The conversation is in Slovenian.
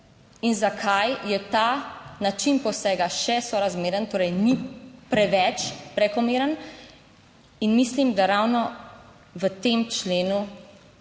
in zakaj je ta način posega še sorazmeren torej, ni preveč prekomeren, in mislim, da ravno v tem členu